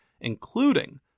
including